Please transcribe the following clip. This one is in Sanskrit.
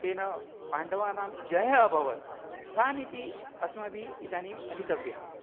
तेन पाण्डवानां जयः अभवत् सा नीतिः अस्माभिः इदानीम् अधीतव्या